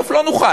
בסוף לא נוכל,